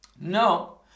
No